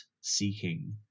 seeking